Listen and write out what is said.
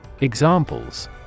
Examples